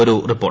ഒരു റിപ്പോർട്ട്